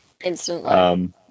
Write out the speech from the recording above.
instantly